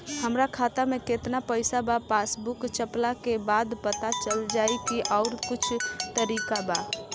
हमरा खाता में केतना पइसा बा पासबुक छपला के बाद पता चल जाई कि आउर कुछ तरिका बा?